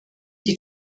die